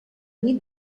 nit